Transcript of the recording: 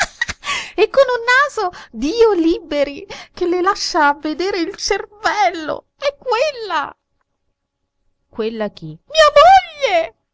e con un naso dio liberi che le lascia vedere il cervello è quella quella chi